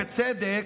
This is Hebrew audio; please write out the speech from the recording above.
בצדק,